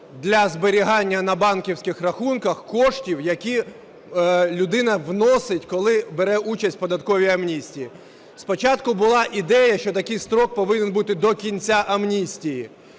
для зберігання на банківських рахунках кошти, які людина вносить, коли бере участь в податковій амністії. Спочатку була ідея, що такий строк повинен бути до кінця амністії,